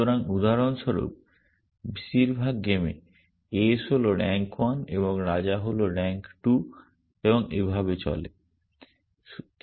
সুতরাং উদাহরণস্বরূপ বেশিরভাগ গেমে ACE হল র্যাঙ্ক 1 এবং রাজা হল র্যাঙ্ক 2 এবং এভাবে চলবে